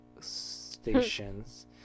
stations